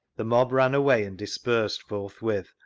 the mob ran away and dispersed forthwith,